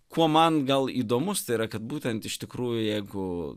kuo man gal įdomus yra kad būtent iš tikrųjų jeigu